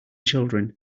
children